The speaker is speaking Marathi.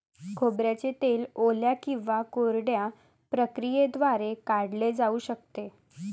खोबऱ्याचे तेल ओल्या किंवा कोरड्या प्रक्रियेद्वारे काढले जाऊ शकते